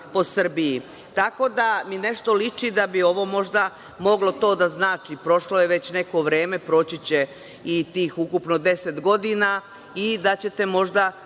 tako da mi nešto liči da bi ovo možda moglo to da znači. Prošlo je već neko vreme. Proći i tih ukupno deset godina i možda ćete na